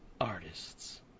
artists